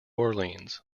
orleans